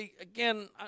Again